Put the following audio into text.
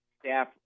staff